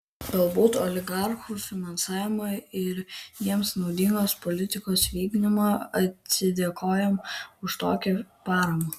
galbūt oligarchų finansavimą ir jiems naudingos politikos vykdymą atsidėkojant už tokią paramą